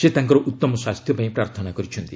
ସେ ତାଙ୍କର ଉତ୍ତମ ସ୍ୱାସ୍ଥ୍ୟ ପାଇଁ ପ୍ରାର୍ଥନା କରିଛନ୍ତି